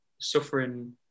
suffering